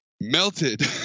melted